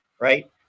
right